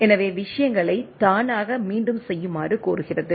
எனவே விஷயங்களை தானாக மீண்டும் செய்யுமாறு கோருகிறது